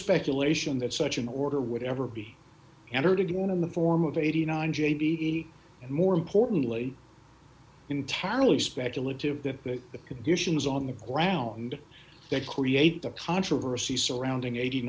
speculation that such an order would ever be entered into in the form of eighty nine j b e and more importantly entirely speculative that the conditions on the ground that create the controversy surrounding eighty